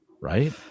Right